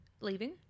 leaving